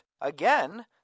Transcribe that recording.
again